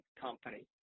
company